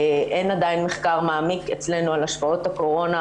אין עדיין מחקר מעמיק אצלנו על השפעות הקורונה,